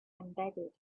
embedded